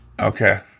Okay